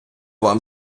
вам